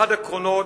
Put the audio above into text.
באחד הקרונות